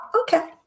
Okay